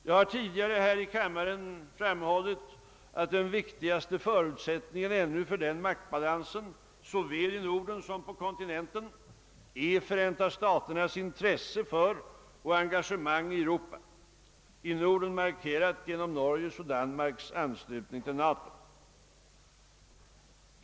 Jag har tidigare här i kammaren framhållit att den viktigaste förutsättningen ännu för den maktbalansen såväl i Norden som på kontinenten är Förenta staternas intresse för och engagemang i Europa, i Norden markerat genom Norges och Danmarks anslutning till NATO.